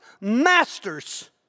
masters